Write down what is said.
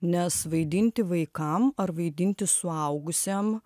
nes vaidinti vaikam ar vaidinti suaugusiam